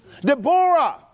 Deborah